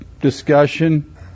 discussion